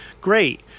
great